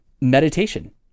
meditation